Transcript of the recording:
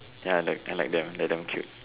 ya the I like them they're damn cute